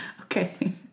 Okay